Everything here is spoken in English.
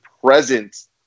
presence